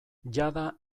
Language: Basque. jada